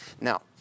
Now